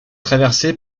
traversé